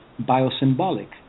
biosymbolic